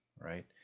right